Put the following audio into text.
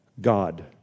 God